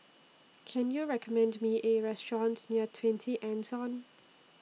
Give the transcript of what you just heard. Can YOU recommend Me A Restaurant near twenty Anson